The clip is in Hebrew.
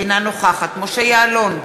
אינה נוכחת משה יעלון,